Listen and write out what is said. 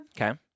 Okay